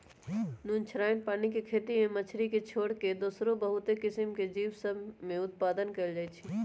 नुनछ्राइन पानी के खेती में मछरी के छोर कऽ दोसरो बहुते किसिम के जीव सभ में उत्पादन कएल जाइ छइ